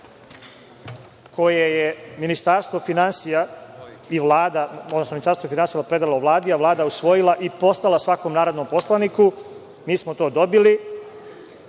koji je Ministarstvo finansija i Vlada, odnosno Ministarstvo finansija predalo Vladi, a Vlada usvojila i poslala svakom narodnom poslaniku. Mi smo to dobili,